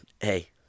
hey